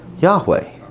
Yahweh